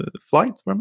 flight